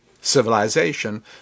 civilization